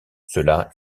cela